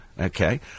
Okay